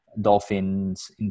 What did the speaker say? dolphins